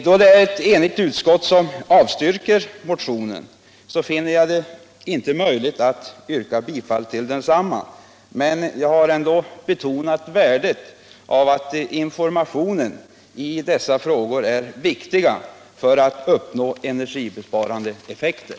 Då det är ett enigt utskott som avstyrker motionen finner jag det inte möjligt att yrka bifall till densamma, men jag har ändå betonat att informationen i dessa frågor är viktig för att uppnå energibesparande effekter.